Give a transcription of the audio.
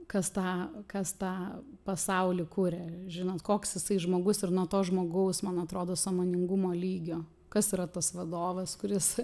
kas tą kas tą pasaulį kuria žinot koks jisai žmogus ir nuo to žmogaus man atrodo sąmoningumo lygio kas yra tas vadovas kuris